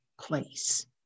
place